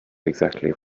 exactly